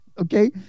Okay